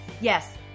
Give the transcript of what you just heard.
Yes